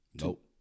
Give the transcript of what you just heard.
nope